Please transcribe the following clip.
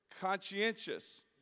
conscientious